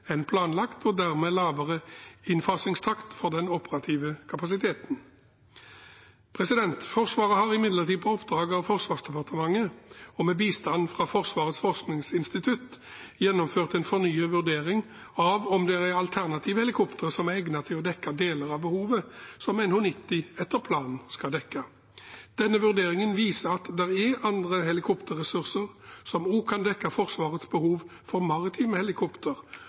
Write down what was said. enn planlagt og dermed lavere innfasingstakt for den operative kapasiteten. Forsvaret har imidlertid, på oppdrag fra Forsvarsdepartementet og med bistand fra Forsvarets forskningsinstitutt, gjennomført en fornyet vurdering av om det er alternative helikoptre som er egnet til å dekke deler av behovet som NH90 etter planen skal dekke. Denne vurderingen viser at det er andre helikopterressurser som også kan dekke Forsvarets behov for maritime